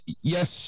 yes